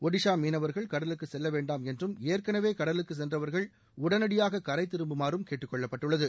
ஒடிஷா மீனவர்கள் கடலுக்கு செல்ல வேண்டாம் என்றும் ஏற்கனவே கடலுக்குச் சென்றவர்கள் உடனடியாக கரை திரும்புமாறு கேட்டுக்கொள்ளப்பட்டுள்ளது